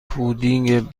پودینگ